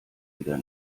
wieder